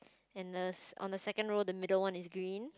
and the on the second row the middle one is green